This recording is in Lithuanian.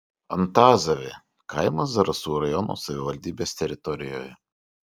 antazavė kaimas zarasų rajono savivaldybės teritorijoje